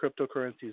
cryptocurrencies